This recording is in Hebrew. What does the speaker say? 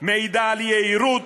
מעידה על יהירות,